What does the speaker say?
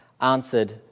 answered